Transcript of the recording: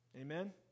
Amen